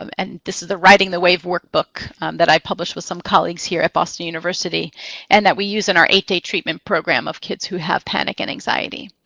and this is the riding the wave workbook that i published with some colleagues here at boston university and that we use in our eight day treatment program of kids who have panic and anxiety.